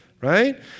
right